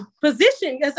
position